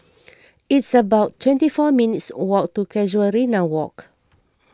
it's about twenty four minutes' walk to Casuarina Walk